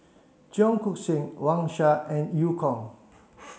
Cheong Koon Seng Wang Sha and Eu Kong